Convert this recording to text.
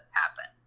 happen